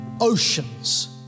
Oceans